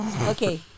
okay